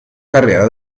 carriera